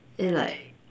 and like